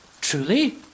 Truly